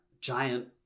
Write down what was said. giant